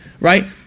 right